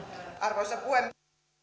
arvoisa puhemies juuri siksi käytin